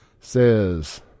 Says